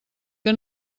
que